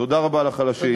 תודה רבה לך על השאילתה.